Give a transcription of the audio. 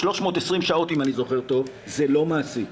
320 שעות אם אני זוכר טוב וזה לא מעשי.